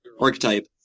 archetype